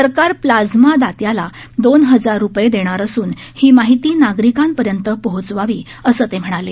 सरकार प्लाइमा दात्याला दोन हजार रुपये देणार असून ही माहिती नागरिकांपर्यंत पोहोचावी असं ते म्हणाले